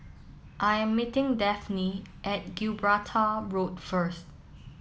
I am meeting Dafne at Gibraltar Road first